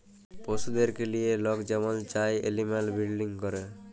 পশুদেরকে লিঁয়ে লক যেমল চায় এলিম্যাল বিরডিং ক্যরে